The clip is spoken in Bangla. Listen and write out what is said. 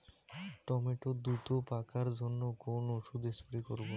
টমেটো দ্রুত পাকার জন্য কোন ওষুধ স্প্রে করব?